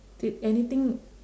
did anything